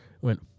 Went